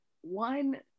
one